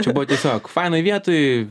čia buvo tiesiog fainoj vietoj